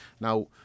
Now